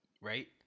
Right